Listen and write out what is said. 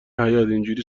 حیاطاینجوری